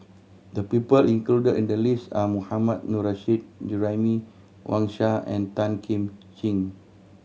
the people included in the list are Mohammad Nurrasyid Juraimi Wang Sha and Tan Kim Ching